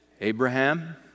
Abraham